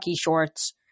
shorts